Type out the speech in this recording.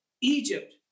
Egypt